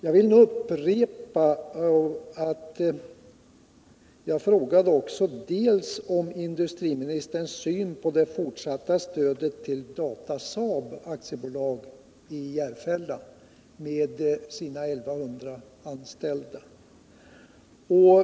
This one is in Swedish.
Jag frågade om industriministerns syn på det fortsatta stödet till Datasaab AB i Järfälla med dess 1 100 anställda.